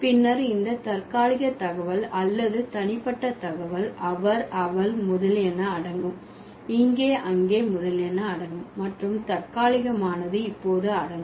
பின்னர் இந்த தற்காலிக தகவல் அல்லது தனிப்பட்ட தகவல் அவர் அவள் முதலியன அடங்கும் இங்கே அங்கே முதலியன அடங்கும் மற்றும் தற்காலிகமானது இப்போது அடங்கும்